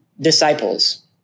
disciples